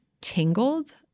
tingled